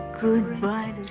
Goodbye